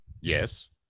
Yes